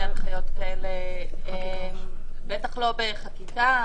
אין הנחיות כאלה, בטח לא בחקיקה.